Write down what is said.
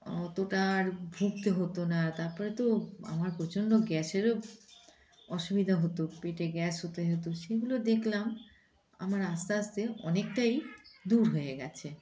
অতটা আর ভুগতে হতো না তার পরে তো আমার প্রচণ্ড গ্যাসেরও অসুবিধা হতো পেটে গ্যাস হতে হতো সেগুলো দেখলাম আমার আস্তে আস্তে অনেকটাই দূর হয়ে গিয়েছে